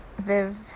Viv